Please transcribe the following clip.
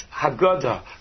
Haggadah